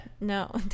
no